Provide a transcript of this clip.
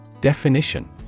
Definition